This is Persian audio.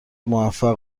موفق